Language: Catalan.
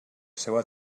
seva